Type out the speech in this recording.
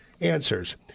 answers